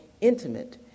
intimate